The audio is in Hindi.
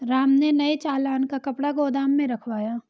राम ने नए चालान का कपड़ा गोदाम में रखवाया